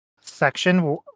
section